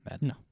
No